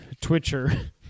twitcher